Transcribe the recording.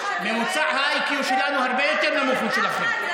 ממוצע ה-IQ שלנו הרבה יותר נמוך משלכם.